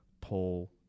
Paul